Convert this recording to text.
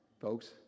folks